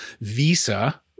Visa